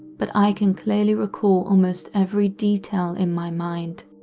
but i can clearly recall almost every detail in my mind.